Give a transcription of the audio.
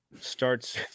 starts